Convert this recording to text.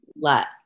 let